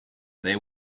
they